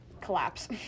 collapse